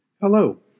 Hello